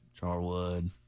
Charwood